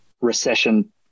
recession